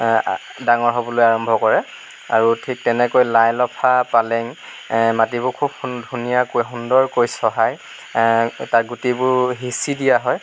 ডাঙৰ হ'বলৈ আৰম্ভ কৰে আৰু ঠিক তেনেকৈয়ে লাই লফা পালেঙ মাটিবোৰ খুব সুন্দ ধুনীয়াকৈ সুন্দৰকৈ চহাই তাৰ গুটিবোৰ সিঁচি দিয়া হয়